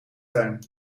tuin